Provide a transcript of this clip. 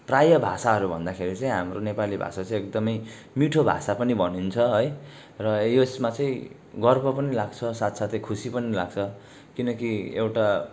प्रायः भाषाहरू भन्दाखेरि चाहिँ हाम्रो नेपाली भाषा चाहिँ एकदमै मिठो भाषा पनि भनिन्छ है र यो यसमा चाहिँ गर्व पनि लाग्छ साथसाथै खुसी पनि लाग्छ किनकि एउटा